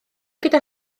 gyda